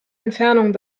entfernung